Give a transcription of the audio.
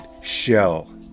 shell